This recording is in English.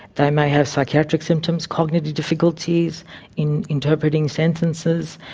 they may have psychiatric symptoms, cognitive difficulties in interpreting sentences,